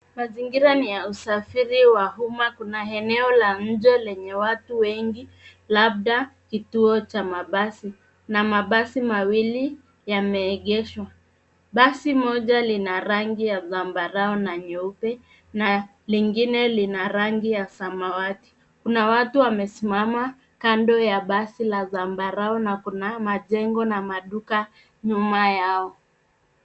Mazingira ni ya usafiri wa umma. Kuna eneo la mji lenye watu wengi labda kituo cha mabasi na mabasi mawili yameegeshwa. Basi moja lina rangi ya zambarau na nyeupe na lingine lina rangi ya samawati. Kuna watu wamesimama kando ya basi ya zambarau na kuna majengo na maduka nyuma yao.